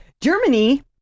Germany